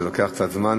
זה לוקח קצת זמן,